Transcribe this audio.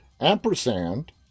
ampersand